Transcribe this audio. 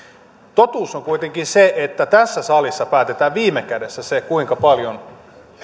totuus on kuitenkin se että tässä salissa päätetään viime kädessä se kuinka paljon